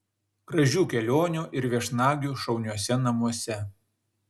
gražių kelionių ir viešnagių šauniuose namuose